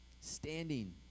standing